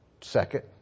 second